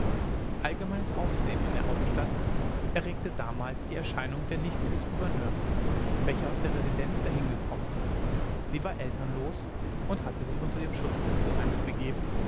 allgemeines aufsehen in der hauptstadt erregte damals die erscheinung der nichte des gouverneurs welche aus der residenz dahin gekommen sie war elternlos und hatte sich unter den schutz des oheims begeben